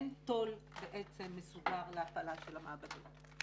אין תו"ל בעצם מסודר להפעלה של המעבדות.